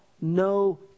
no